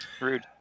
Rude